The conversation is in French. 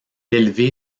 élevé